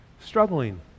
struggling